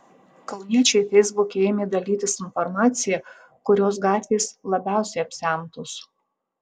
kauniečiai feisbuke ėmė dalytis informacija kurios gatvės labiausiai apsemtos